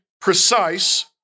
precise